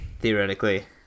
theoretically